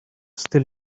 still